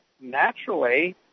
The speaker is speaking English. naturally